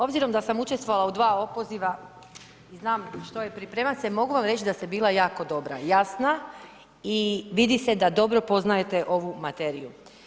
Obzirom da sam učestvovala u dva opoziva i znam što je pripremat se mogu vam reći da ste bila jako dobra, jasna i vidi se da da dobro poznajete ovu materiju.